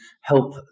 help